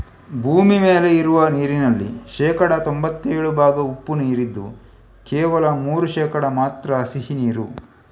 ಭೂಮಿ ಮೇಲೆ ಇರುವ ನೀರಿನಲ್ಲಿ ಶೇಕಡಾ ತೊಂಭತ್ತೇಳು ಭಾಗ ಉಪ್ಪು ನೀರಿದ್ದು ಕೇವಲ ಮೂರು ಶೇಕಡಾ ಮಾತ್ರ ಸಿಹಿ ನೀರು